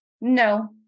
no